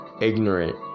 ignorant